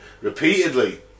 repeatedly